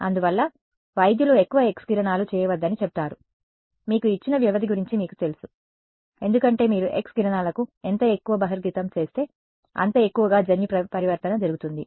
అందువల్ల వైద్యులు ఎక్కువ ఎక్స్ కిరణాలు చేయవద్దని చెబుతారు మీకు ఇచ్చిన వ్యవధి గురించి మీకు తెలుసు ఎందుకంటే మీరు ఎక్స్ కిరణాలకు ఎంత ఎక్కువ బహిర్గతం చేస్తే అంత ఎక్కువగా జన్యు పరివర్తన జరుగుతుంది